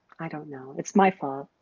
i don't know it's my fault,